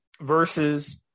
versus